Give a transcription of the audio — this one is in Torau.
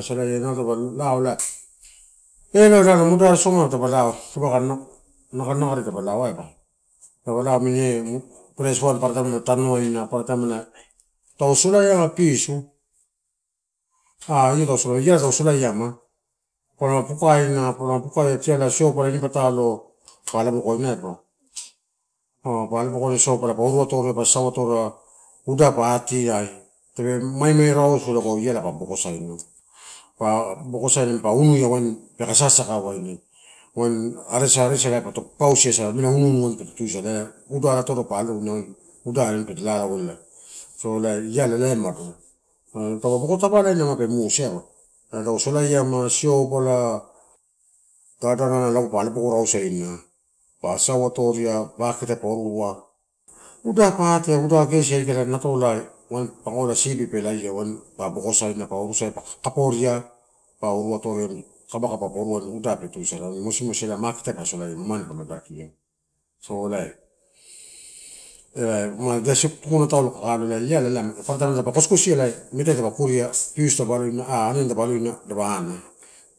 Kasi eh nalo tadupa lao, eloai moderare soma nalo tadapu lao dapaua kai nak, naka-naka re dapa lao aiba, eh pres wan paparataim palo tanuainu, tau solaiama pisu, an iala tau solaiama palama dukaina. Pa pukaina tiala, siopala ini patalo kai lao bokoina aiba. Pa alo bokoina siopala pa iru atoria, pa sasauatoria, uda pa atiai, tape maimei rausu lala pa bokosaina. Pa bokosaina pa unia wain peka sasaka wain. Wain areas, areas pato pautiasa amela umi-unu asa peto tusala. Uda atoro pa aloina waini pe ara. So iala eh umado taupe boko tavalaina mape musi aiba, ela taupe solaiama siopala, dadanala pa alobokoi rausuina. Pa sanau atororia, bakete ai pa irua uda pa atia, uda gesi aikala, natolai wain pakola sibi pe lala wain pa bokosaina pa kaporia, pa uru atoria, kabakaba ai pa pitu atoria wain uda te tuisala wain mosimosi ela madeasuk pa sola iama mane taulo ma baba kia. So ela iala mada kosikosia mete pa kuria pisu dapa ah aniani dapa ana